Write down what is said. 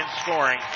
scoring